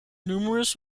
numerous